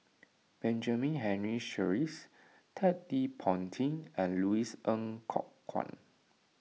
Benjamin Henry Sheares Ted De Ponti and Louis Ng Kok Kwang